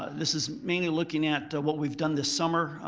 this is mainly looking at what we've done this summer.